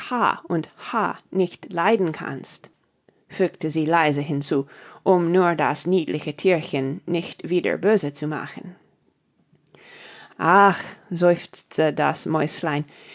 und h nicht leiden kannst fügte sie leise hinzu um nur das niedliche thierchen nicht wieder böse zu machen ach seufzte das mäuslein